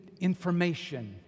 information